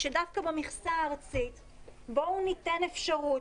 דווקא במכסה הארצית בואו ניתן אפשרות,